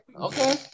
Okay